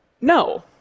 No